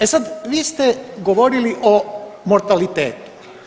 E sad, vi ste govorili o mortalitetu.